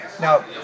now